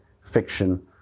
fiction